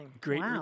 Great